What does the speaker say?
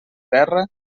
terra